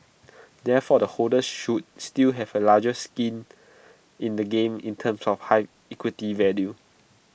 therefore the holders should still have A larger skin in the game in terms of high equity value